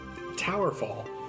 Towerfall